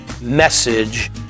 message